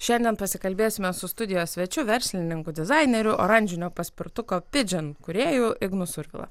šiandien pasikalbėsime su studijos svečiu verslininku dizaineriu oranžinio paspirtuko pigeon kūrėju ignu survila